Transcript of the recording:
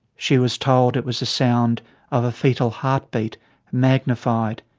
she was told it was the sound of a foetal heartbeat magnified.